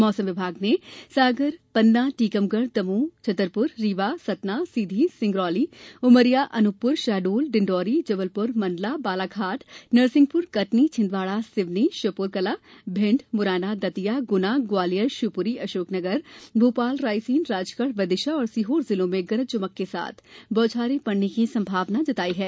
मौसम विभाग ने सागर पन्ना टीकमगढ दमोह छत्रपुर रीवा सतना सीधी सिंगरौली उमरिया अनूपपुर शहडोल डिंडोरी जबलप्र मंडला बालाघाट नरसिंहपुर कटनी छिंदवाड़ा सिवनी श्योपुर कला भिण्ड मुरैना दतिया गुना ग्वालियर शिवपुरी अशोकनगर भोपाल रायसेन राजगढ़ विदिशा और सीहोर जिलों में गरज चमक के साथ बौछारें पड़ने की संभावना जताई है